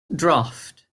draft